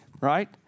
right